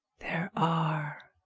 there are,